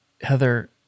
Heather